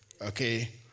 Okay